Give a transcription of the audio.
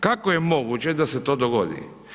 Kako je moguće da se to dogodi?